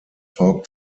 talked